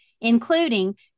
including